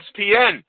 ESPN